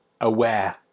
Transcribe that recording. aware